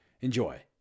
Enjoy